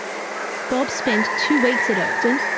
bob spent two weeks at oakden,